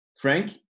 Frank